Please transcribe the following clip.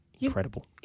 incredible